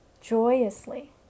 joyously